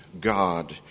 God